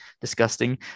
disgusting